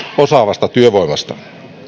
osaavasta työvoimasta